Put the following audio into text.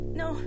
no